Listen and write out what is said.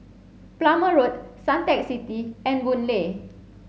Plumer Road Suntec City and Boon Lay